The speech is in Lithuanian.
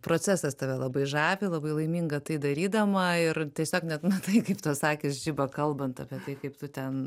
procesas tave labai žavi labai laiminga tai darydama ir tiesiog net matai kaip tos akys žiba kalbant apie tai kaip tu ten